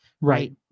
Right